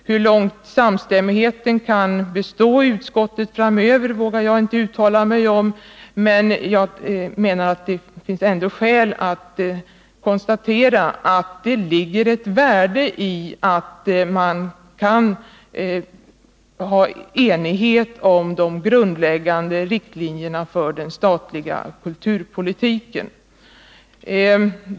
Hur långt samstämmigheten i utskottet kan bestå framöver vågar jag inte uttala mig om, men det finns skäl att framhålla att det ändå ligger ett värde i om det råder enighet om de grundläggande riktlinjerna för den statliga kulturpolitiken.